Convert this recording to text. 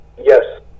Yes